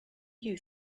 you